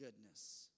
goodness